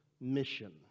mission